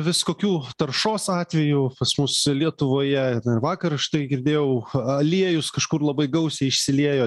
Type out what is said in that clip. vis kokių taršos atvejų pas mus lietuvoje vakar štai girdėjau aliejus kažkur labai gausiai išsiliejo